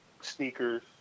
sneakers